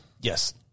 Yes